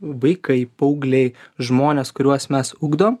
vaikai paaugliai žmonės kuriuos mes ugdom